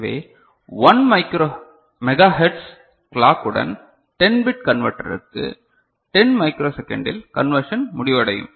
எனவே 1 megahertz clock உடன் 10 bit கன்வெர்டர்க்கு 10 மைக்ரோசெகண்டில் கன்வர்ஷன் முடிவடையும்